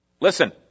Listen